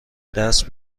دست